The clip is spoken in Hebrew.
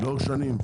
לאורך שנים.